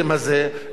יבוא ויתגונן.